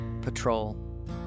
patrol